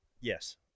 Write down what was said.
Yes